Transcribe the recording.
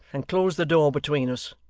and close the door between us